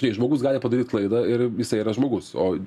jei žmogus gali padaryt klaidą ir jisai yra žmogus o